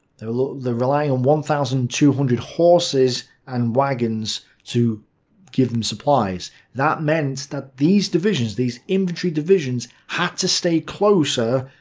they're relying on one thousand two hundred horses and wagons to give them supplies. that meant that these divisions, these infantry divisions, had to stay closer,